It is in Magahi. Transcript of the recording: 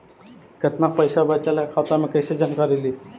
कतना पैसा बचल है खाता मे कैसे जानकारी ली?